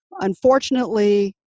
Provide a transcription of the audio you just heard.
Unfortunately